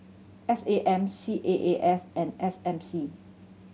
S A M C A A S and S M C